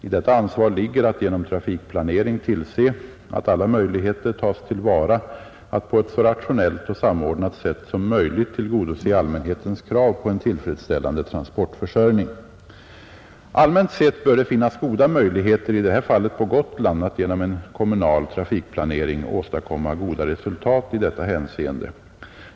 I detta ansvar ligger att genom trafikplanering tillse att alla möjligheter tas till vara att på ett så rationellt och samordnat sätt som möjligt tillgodose allmänhetens krav på en tillfredsställande transportförsörjning. Allmänt sett bör det finnas goda möjligheter — i det här fallet på Gotland — att genom en kommunal trafikplanering åstadkomma goda resultat i detta hänseende.